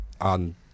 on